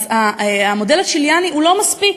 המודל הצ'יליאני הוא לא מספיק,